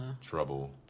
trouble